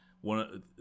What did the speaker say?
one